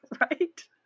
Right